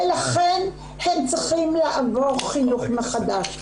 לכן הם צריכים לעבור חינוך מחדש.